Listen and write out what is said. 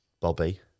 Bobby